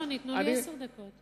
לא, ניתנו לי עשר דקות.